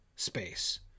space